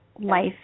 life